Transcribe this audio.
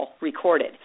recorded